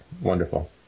wonderful